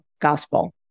gospel